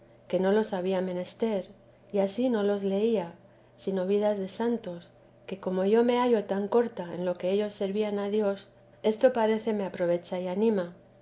que no los había menester y ansí no los leía sino vidas de santos que como yo me hallo tan corta en lo que ellos servían a dios esto parece me aprovecha y anima